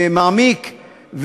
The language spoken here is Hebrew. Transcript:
מעמיק.